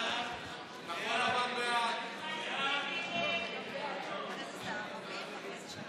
להביע אי-אמון בממשלה